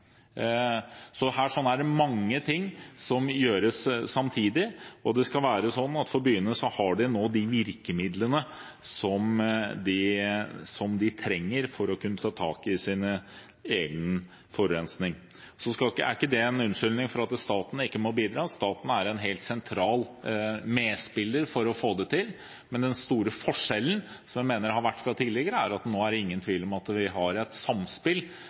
Her det mye som gjøres samtidig, og det er sånn at byene nå har de virkemidlene som de trenger for å kunne ta tak i egen forurensning. Det er ingen unnskyldning for at staten ikke må bidra. Staten er en helt sentral medspiller for å få det til, men den store forskjellen fra tidligere mener jeg er at nå er det ingen tvil om at vi har et samspill